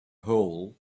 hole